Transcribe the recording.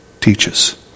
teaches